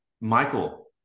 Michael